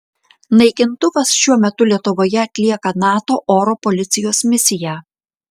naikintuvas šiuo metu lietuvoje atlieka nato oro policijos misiją